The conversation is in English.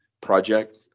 project